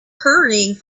hurrying